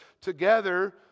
together